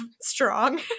strong